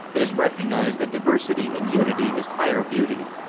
it is recognized that diversity in unity is higher beauty,